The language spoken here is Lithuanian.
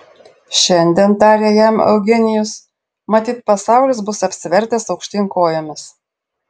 šiandien tarė jam eugenijus matyt pasaulis bus apsivertęs aukštyn kojomis